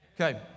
Okay